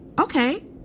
Okay